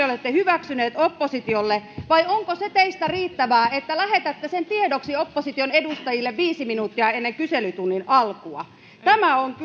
olette hyväksyneet oppositiolle vai onko se teistä riittävää että lähetätte sen tiedoksi opposition edustajille viisi minuuttia ennen kyselytunnin alkua tämä on kyllä